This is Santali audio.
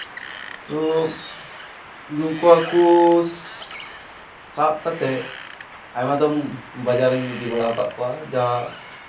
ᱛᱳ ᱱᱩᱠᱩ ᱦᱟᱹᱠᱩ ᱥᱟᱵ ᱠᱟᱛᱮᱫ ᱟᱭᱢᱟ ᱫᱚᱢ ᱵᱟᱡᱟᱨᱤᱧ ᱤᱫᱤ ᱵᱟᱲᱟᱣ ᱠᱟᱜ ᱠᱚᱣᱟ ᱡᱟ